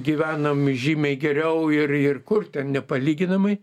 gyvenam žymiai geriau ir ir kur ten nepalyginamai